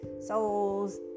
souls